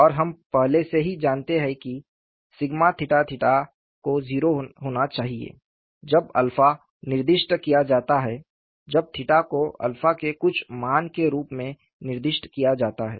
और हम पहले से ही जानते हैं कि को 0 होना चाहिए जब 𝜶 निर्दिष्ट किया जाता है जब 𝜽 को 𝜶 के कुछ मान के रूप में निर्दिष्ट किया जाता है